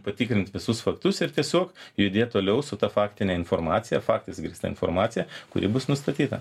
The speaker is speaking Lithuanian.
patikrint visus faktus ir tiesiog judėt toliau su ta faktine informacija faktais grįsta informacija kuri bus nustatyta